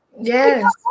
Yes